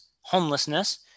homelessness